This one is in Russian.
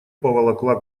поволокла